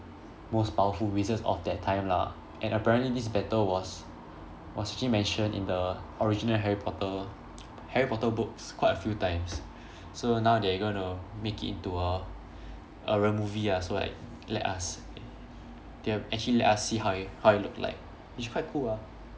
most powerful wizards of that time lah and apparently this battle was was actually mentioned in the original harry potter harry potter books quite a few times so now they are going to make it into a a real movie ah so like let us they'll actually let us see how it how it look like it's quite cool ah